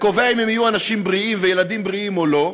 וקובע אם הם יהיו אנשים בריאים וילדים בריאים או לא,